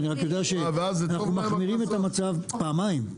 אני רק יודע שאנחנו מחמירים את המצב פעמיים.